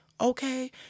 okay